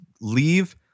leave